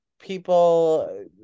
people